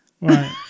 Right